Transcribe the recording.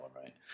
right